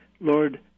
Lord